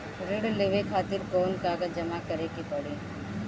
ऋण लेवे खातिर कौन कागज जमा करे के पड़ी?